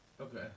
Okay